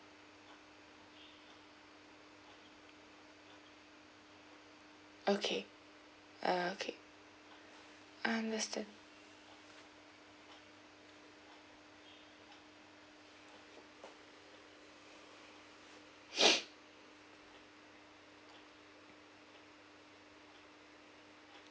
okay uh okay understand